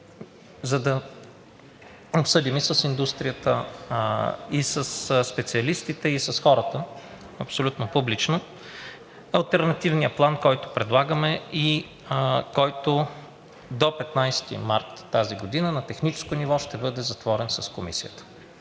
за да обсъдим и с индустрията, и със специалистите, и с хората абсолютно публично алтернативния план, който предлагаме и който до 15 март тази година на техническо ниво ще бъде затворен с Комисията.